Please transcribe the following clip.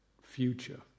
future